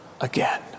again